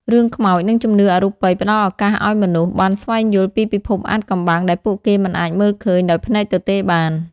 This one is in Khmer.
រឿងខ្មោចនិងជំនឿអរូបីផ្តល់ឱកាសឲ្យមនុស្សបានស្វែងយល់ពីពិភពអាថ៌កំបាំងដែលពួកគេមិនអាចមើលឃើញដោយភ្នែកទទេបាន។